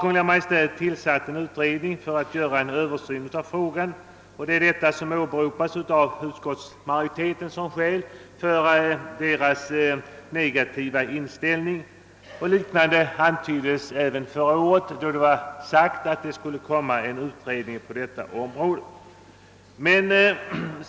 Kungl. Maj:t har tillsatt en utredning för att göra en översyn av frågan, och detta åberopas av utskottsmajoriteten som skäl för dess negativa inställning. Ett liknande motiv antyddes förra året, då man sade att det skulle komma en utredning på detta område.